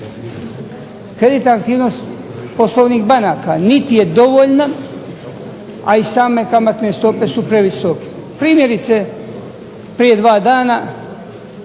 Kreditna aktivnost poslovnih banaka, niti je dovoljna a kamatne stope su previsoke. Primjerice prije dva dana